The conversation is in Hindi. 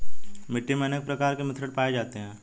मिट्टी मे अनेक प्रकार के मिश्रण पाये जाते है